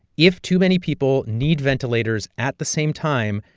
if too many people need ventilators at the same time,